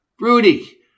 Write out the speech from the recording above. Rudy